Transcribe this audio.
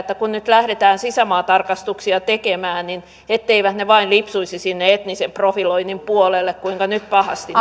kun nyt lähdetään sisämaatarkastuksia tekemään etteivät ne vain lipsuisi sinne etnisen profiloinnin puolelle miltä nyt pahasti